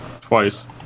Twice